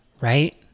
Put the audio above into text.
right